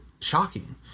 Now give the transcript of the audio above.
shocking